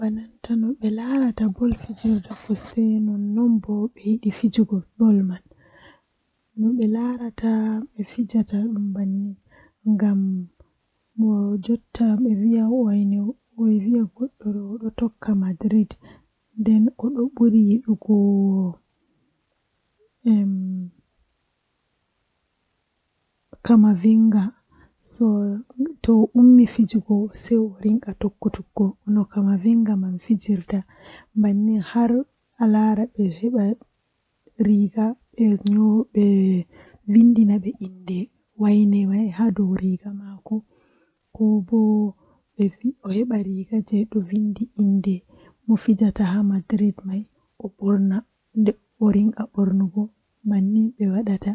Ndikkinami mi yaha be debbo am ngam debbo am do kanko mindo wondi egaa jooni haa abada mi maran bikkon mi andan kala ko o mari haaje pat o andan kala komi mari haaje pat, Amma soobiraabe hande e jango wawan min wara min sendira be mabbe malla min wonda be mabbe min jooda min metai laarugo, Amma debbo am mindon wondiko ndei.